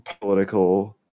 political